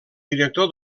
director